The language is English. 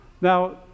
now